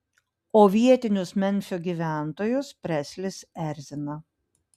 o vietinius memfio gyventojus preslis erzina